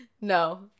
No